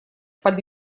под